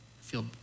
feel